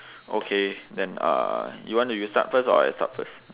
okay then uh you want to you start first or I start first